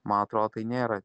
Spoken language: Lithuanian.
man atrodo tai nėra